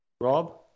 Rob